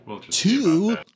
two